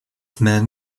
man